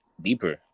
deeper